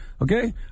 Okay